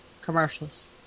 commercials